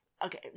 Okay